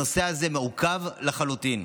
הנושא הזה מעוכב לחלוטין.